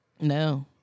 No